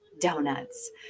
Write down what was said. donuts